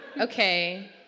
okay